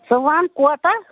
ژٕ وَن کوتاہ